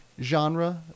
genre